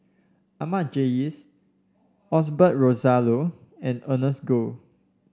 Ahmad Jais Osbert Rozario and Ernest Goh